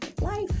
life